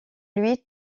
lui